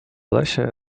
lesie